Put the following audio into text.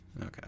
Okay